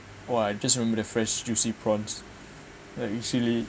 !wah! I just remember the fresh juicy prawns like it's really